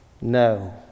No